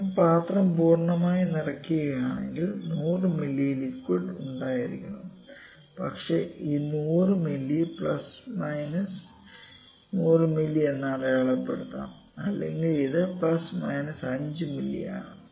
ഞാൻ പാത്രം പൂർണ്ണമായും നിറക്കുകയാണെങ്കിൽ 100 മില്ലി ലിക്വിഡ് ഉണ്ടായിരിക്കണം പക്ഷേ ഈ 100 മില്ലി പ്ലസ് മൈനസ് 100 മില്ലി എന്ന് അടയാളപ്പെടുത്താം അല്ലെങ്കിൽ അത് പ്ലസ് മൈനസ് 5 മില്ലി ആണ്